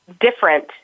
different